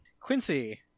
Quincy